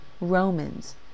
Romans